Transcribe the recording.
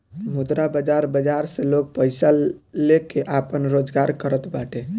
मुद्रा बाजार बाजार से लोग पईसा लेके आपन रोजगार करत बाटे